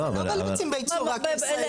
זה לא רק ביצים בייצור רק ישראלי,